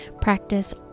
practice